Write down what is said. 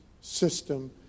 system